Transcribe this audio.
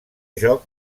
joc